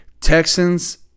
Texans